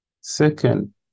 second